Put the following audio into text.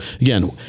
again